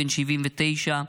בן 79,